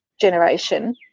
generation